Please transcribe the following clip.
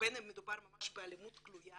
ובין באלימות גלויה